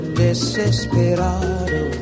desesperado